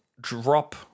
drop